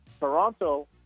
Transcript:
Toronto